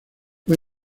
fue